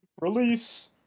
Release